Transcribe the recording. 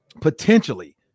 potentially